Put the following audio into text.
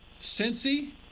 Cincy